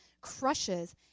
crushes